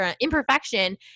imperfection